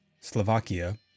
Slovakia